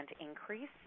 increase